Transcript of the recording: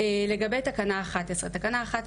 לגבי תקנה 11, תקנה 11